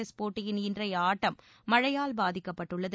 test போட்டியின் இன்றைய ஆட்டம் மழையால் பாதிக்கப்பட்டுள்ளது